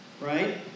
right